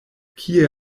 kie